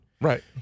Right